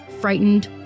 frightened